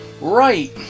Right